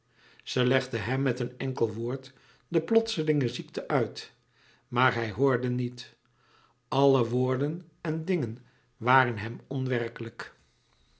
ze legde hem met een enkel woord de plotselinge ziekte uit maar hij hoorde niet alle woorden en dingen waren hem onwerkelijk